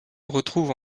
retrouve